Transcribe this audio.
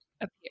appear